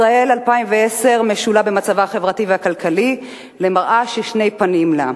ישראל 2010 משולה במצבה החברתי והכלכלי למראה ששני פנים לה.